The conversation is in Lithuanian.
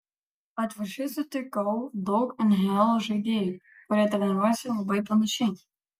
atvirkščiai sutikau daug nhl žaidėjų kurie treniruojasi labai panašiai